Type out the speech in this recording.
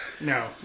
No